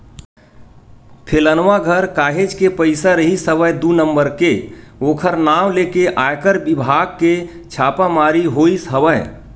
फेलनवा घर काहेच के पइसा रिहिस हवय दू नंबर के ओखर नांव लेके आयकर बिभाग के छापामारी होइस हवय